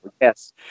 Yes